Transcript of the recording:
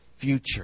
future